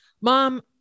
mom